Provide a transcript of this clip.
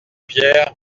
pierre